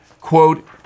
quote